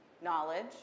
knowledge